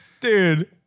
Dude